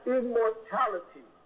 immortality